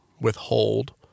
withhold